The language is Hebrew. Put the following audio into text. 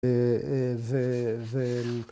‫ו...